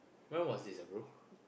when was this ah bro